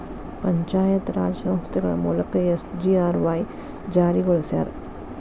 ಪಂಚಾಯತ್ ರಾಜ್ ಸಂಸ್ಥೆಗಳ ಮೂಲಕ ಎಸ್.ಜಿ.ಆರ್.ವಾಯ್ ಜಾರಿಗೊಳಸ್ಯಾರ